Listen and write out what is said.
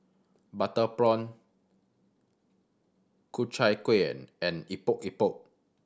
butter prawn Ku Chai Kuih and Epok Epok